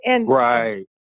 Right